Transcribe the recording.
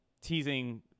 teasing